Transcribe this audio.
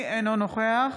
אינו נוכח